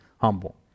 humble